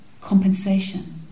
compensation